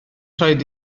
rhaid